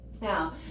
Now